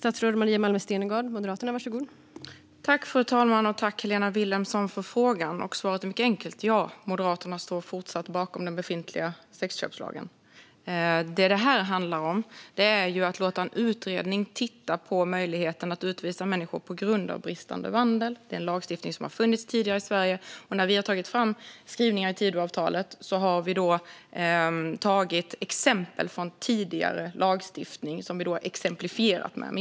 Fru talman! Tack, Helena Vilhelmsson, för frågan! Svaret är mycket enkelt. Ja, Moderaterna står fortsatt bakom den befintliga sexköpslagen. Vad det handlar om är att låta en utredning titta på möjligheten att utvisa människor på grund av bristande vandel. Det är en lagstiftning som har funnits tidigare i Sverige. När vi har tagit fram skrivningar i Tidöavtalet har vi tagit exempel från tidigare lagstiftning som vi har exemplifierat med.